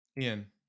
Ian